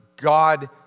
God